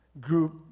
group